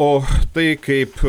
o tai kaip